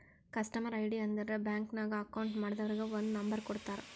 customer ID ಅಂದುರ್ bank ನಾಗ್ account ಮಾಡ್ದವರಿಗ್ ಒಂದ್ ನಂಬರ್ ಕೊಡ್ತಾರ್